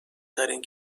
ترین